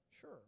sure